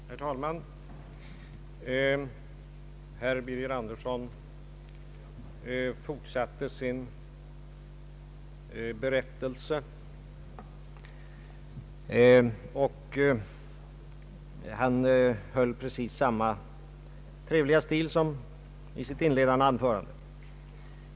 Herr talman! Herr Birger Andersson fortsatte sin berättelse och höll precis samma trevliga stil som i sitt inledande anförande.